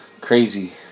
crazy